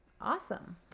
Awesome